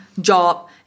job